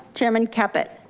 chairman caput?